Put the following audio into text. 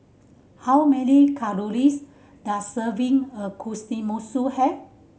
how many calories does a serving of have